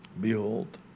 Behold